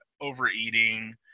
overeating